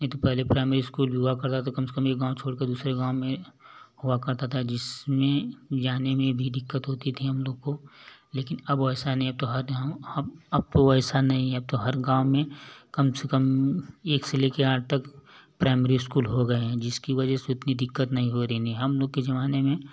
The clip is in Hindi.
नहीं तो पहले प्राइमरी स्कूल भी हुआ करता था तो एक गाँव छोड़ कर दूसरे गाँव में हुआ करता था जिसमें जाने में भी दिक्कत होती थी हम लोग को लेकिन अब वैसा नहीं है अब तो अब तो वैसा नहीं है अब तो हर गाँव में कम से कम एक से ले कर आठ तक प्राइमरी स्कूल हो गए हैं जिसकी वजह से उतनी दिक्कत नहीं हो रहनी हम लोग के ज़माने में